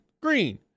green